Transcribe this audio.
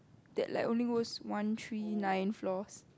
that like only go one three nine floors